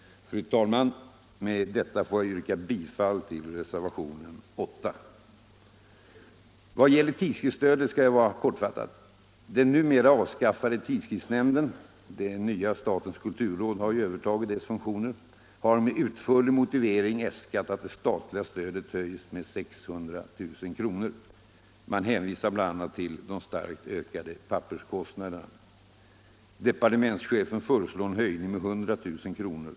Fru talman! Med detta får jag yrka bifall till reservationen 8. Vad gäller tidskriftsstödet skall jag vara kortfattad. Den numera avskaffade tidskriftshnämnden — det nya statens kulturråd har övertagit dess funktioner — har med utförlig motivering äskat att det statliga stödet höjs med 600 000 kr. Man hänvisar bl.a. till de starkt ökade papperskostnaderna. Departementschefen föreslår en höjning med 100 000 kr.